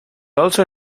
also